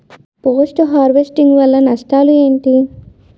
Post harvesting వల్ల నష్టాలు ఏంటి?